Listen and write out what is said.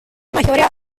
mayoría